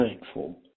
thankful